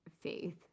faith